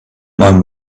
mind